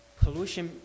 pollution